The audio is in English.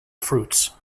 fruits